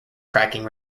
cracking